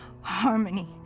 Harmony